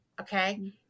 Okay